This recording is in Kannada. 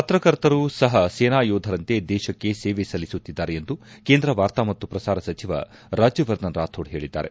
ಪತ್ರಕರ್ತರೂ ಸಹ ಸೇನಾ ಯೋಧರಂತೆ ದೇಶಕ್ಕೆ ಸೇವೆ ಸಲ್ಲಿಸುತ್ತಿದ್ದಾರೆ ಎಂದು ಕೇಂದ್ರ ವಾರ್ತಾ ಮತ್ತು ಪ್ರಸಾರ ಸಚಿವ ರಾಜ್ಖವರ್ಧನ್ ರಾಥೋಡ್ ಹೇಳಿದ್ದಾರೆ